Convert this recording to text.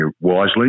wisely